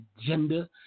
gender